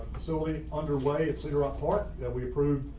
solely underway. it's a record that we approved.